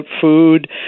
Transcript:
food